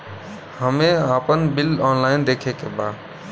हमे आपन bill online देखे के बा?